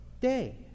day